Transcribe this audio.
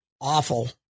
awful